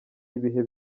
ibihe